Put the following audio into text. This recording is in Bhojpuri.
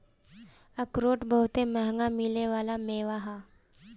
अखरोट बहुते मंहगा मिले वाला मेवा ह